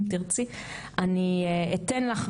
אם תרצי אני אתן לך,